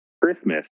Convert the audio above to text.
Christmas